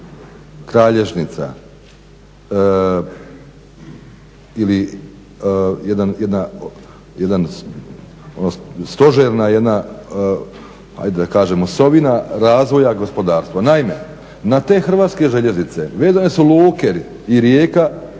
kralježnica ili stožerna jedna, ajde da kažem, osovina razvoja gospodarstva. Naime, na te Hrvatske željeznice vezane su luke i Rijeka